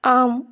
ஆம்